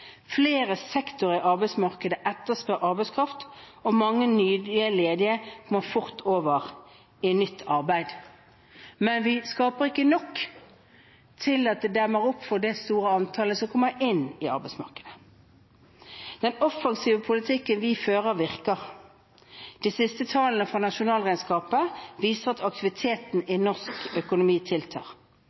Flere sektorer i arbeidsmarkedet etterspør arbeidskraft, og mange nye ledige kommer fort over i nytt arbeid. Men vi skaper ikke nok til at det demmer opp for det store antallet som kommer inn i arbeidsmarkedet. Den offensive politikken vi fører, virker. De siste tallene fra nasjonalregnskapet viser at aktiviteten i norsk økonomi tiltar.